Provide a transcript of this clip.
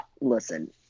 listen